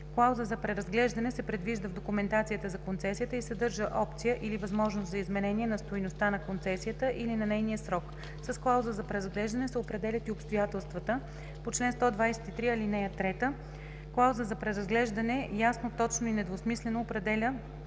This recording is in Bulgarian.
Клауза за преразглеждане се предвижда в документацията за концесията и съдържа опция или възможност за изменение на стойността на концесията или на нейния срок. С клауза за преразглеждане се определят и обстоятелствата по чл. 123, ал. 3. Клаузата за преразглеждане ясно, точно и недвусмислено определя